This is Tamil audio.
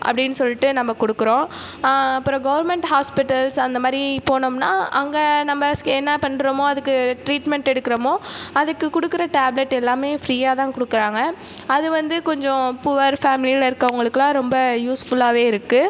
அப்படினு சொல்லிட்டு நம்ம கொடுக்குறோம் அப்புறம் கவர்ன்மெண்ட் ஹாஸ்பிட்டல்ஸ் அந்த மாதிரி போனோம்னா அங்கே நம்ம என்ன பண்ணுறமோ அதுக்கு டிரீட்மென்ட் எடுக்கிறமோ அதுக்கு கொடுக்குற டேப்லெட் எல்லாமே ஃப்ரீயாக தான் கொடுக்குறாங்க அது வந்து கொஞ்சம் புவர் ஃபேமிலியில் இருக்கறவங்களுக்கலாம் ரொம்ப யூஸ்ஃபுல்லாவே இருக்குது